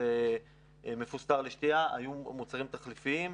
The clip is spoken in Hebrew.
מפוסטר לשתייה- היו מוצרים תחליפיים.